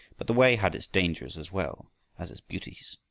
but the way had its dangers as well as its beauties.